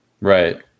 Right